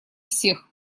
всех